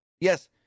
yes